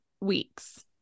weeks